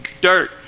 Dirt